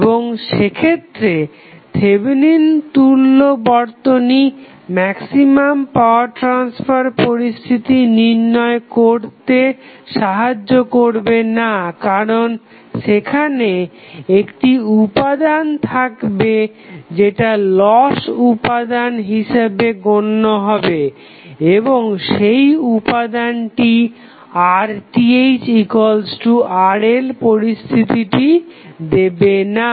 এবং সেক্ষেত্রে থেভেনিন তুল্য বর্তনী ম্যাক্সিমাম পাওয়ার ট্রাসফার পরিস্থিতি নির্ণয় করতে সাহায্য করবে না কারণ সেখানে একটি উপাদান থাকবে যেটা লস উপাদান হিসাবে গণ্য হবে এবং সেই উপাদানটি RThRL পরিস্থিতিটি দেবে না